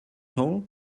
all